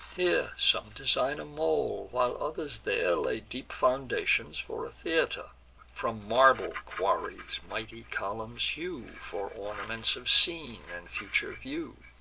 here some design a mole, while others there lay deep foundations for a theater from marble quarries mighty columns hew, for ornaments of scenes, and future view.